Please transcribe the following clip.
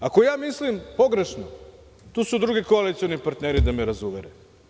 Ako mislim pogrešno, tu su drugi koalicioni partneri da me razuvere.